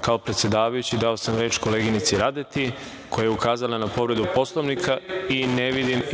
kao predsedavajući, dao sam reč koleginici Radeti koja je ukazala na povredu Poslovnika